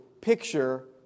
picture